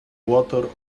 water